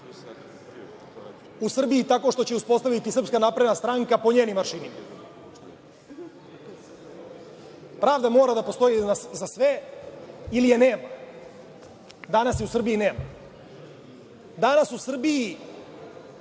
u Srbiji tako što će je uspostaviti Srpska napredna stranka po njenim aršinima. Pravda mora da postoji za sve ili je nema. Danas je u Srbiji nema. Danas u Srbiji